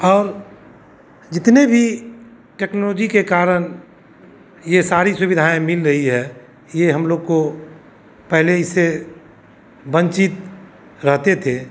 और जितने भी टेक्नोलोजी के कारण ये सारी सुविधाएँ मिल रही हैं ये हम लोग को पहले इसे वंचित रहते थे